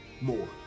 more